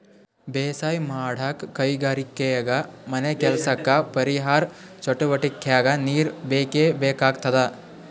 ಬೇಸಾಯ್ ಮಾಡಕ್ಕ್ ಕೈಗಾರಿಕೆಗಾ ಮನೆಕೆಲ್ಸಕ್ಕ ಪರಿಸರ್ ಚಟುವಟಿಗೆಕ್ಕಾ ನೀರ್ ಬೇಕೇ ಬೇಕಾಗ್ತದ